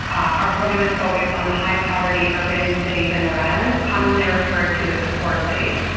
our program is focused on the high-poverty urban cities in rhode island, commonly referred to as the core cities,